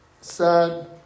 sad